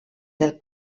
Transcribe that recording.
del